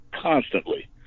constantly